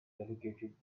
delegated